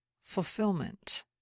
Fulfillment